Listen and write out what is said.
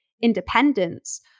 independence